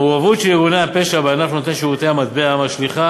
המעורבות של ארגוני הפשע בענף נותני שירותי המטבע משליכה